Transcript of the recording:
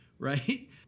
Right